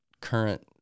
current